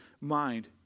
mind